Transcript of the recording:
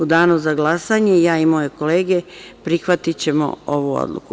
U danu za glasanje, ja i moje kolege, prihvatićemo ovu odluku.